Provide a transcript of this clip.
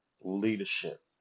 Leadership